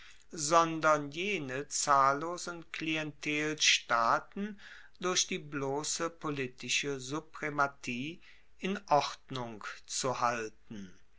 sondern jene zahllosen klientelstaaten durch die blosse politische suprematie in ordnung zu halten